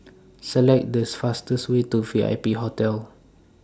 Select The fastest Way to V I P Hotel